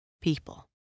people